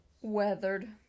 Weathered